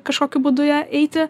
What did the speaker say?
kažkokiu būdu ją eiti